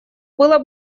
было